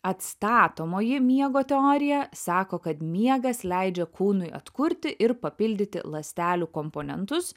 atstatomoji miego teorija sako kad miegas leidžia kūnui atkurti ir papildyti ląstelių komponentus